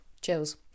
chills